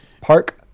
Park